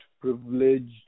privileged